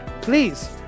please